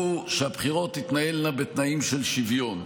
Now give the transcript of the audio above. הוא שהבחירות תתנהלנה בתנאים של שוויון.